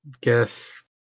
guess